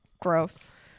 gross